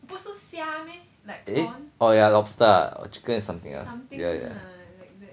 eh oh ya lobster ah chicken is something else